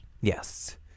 Yes